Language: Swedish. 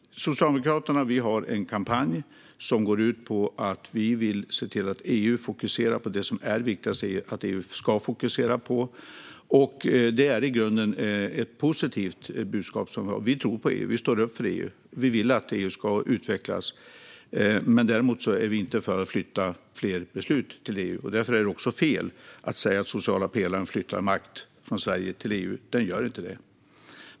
Herr talman! Socialdemokraterna har en kampanj som går ut på att vi vill se till att EU fokuserar på det som är viktigast att EU fokuserar på, och det är i grunden ett positivt budskap. Vi tror på EU, vi står upp för EU och vi vill att EU ska utvecklas. Däremot är vi inte för att flytta fler beslut till EU. Därför tycker vi att det är fel att säga att den sociala pelaren flyttar makt från Sverige till EU. Den gör inte det.